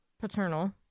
paternal